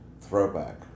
throwback